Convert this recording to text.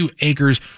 acres